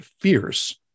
fierce